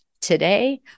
today